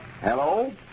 Hello